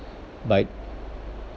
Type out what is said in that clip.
but